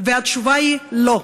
והתשובה היא: לא.